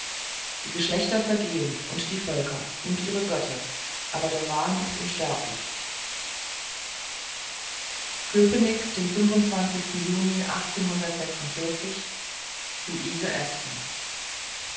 die geschlechter vergehen und die völker und ihre götter aber der wahn ist unsterblich köpenick den sten juni aston